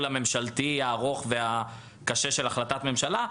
הממשלתי הארוך והקשה של החלטת ממשלה,